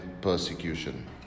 persecution